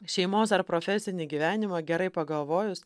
šeimos ar profesinį gyvenimą gerai pagalvojus